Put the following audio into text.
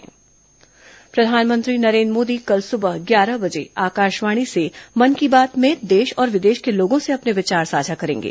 मन की बात प्रधानमंत्री नरेन्द्र मोदी कल सुबह ग्यारह बजे आकाशवाणी से मन की बात में देश और विदेश के लोगों से अपने विचार साझा करेंगे